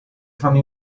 fanno